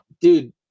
Dude